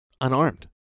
unarmed